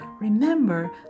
Remember